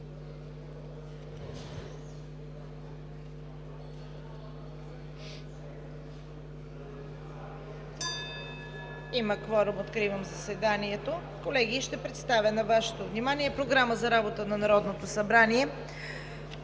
Има кворум. Откривам заседанието. Колеги, ще представя на Вашето внимание Програма за работата на Народното събрание: